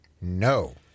No